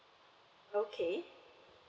okay